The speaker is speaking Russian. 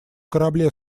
корабле